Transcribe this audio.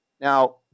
Now